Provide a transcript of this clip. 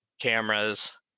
cameras